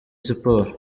siporo